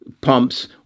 pumps